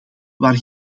waar